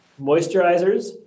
moisturizers